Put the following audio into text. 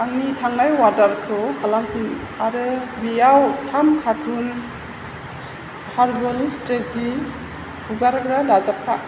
आंनि थांनाय अरडारखौ खालामफिन आरो बेयाव थाम कार्तुन हारबोल स्ट्रेजि हुगारग्रा दाजाबफा